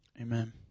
Amen